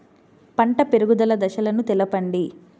పంట పెరుగుదల దశలను తెలపండి?